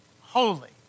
holy